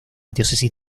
diócesis